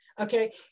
okay